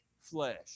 flesh